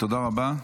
תודה רבה.